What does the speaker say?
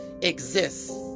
exists